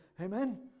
Amen